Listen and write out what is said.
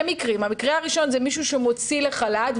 המקרה הראשון זה מעסיק שמוציא לחל"ת,